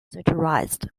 satirized